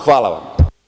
Hvala vam.